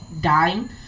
dime